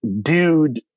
dude